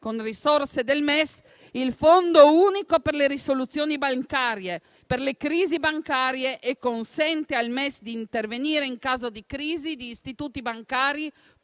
con risorse del MES il Fondo unico per le risoluzioni bancarie, ossia per le crisi bancarie, consentendo al MES di intervenire in caso di crisi di istituti bancari,